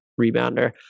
rebounder